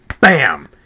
BAM